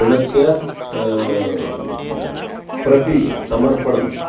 ऋणस्य प्रतिसमर्पणम्